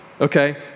Okay